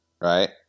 Right